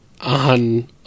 on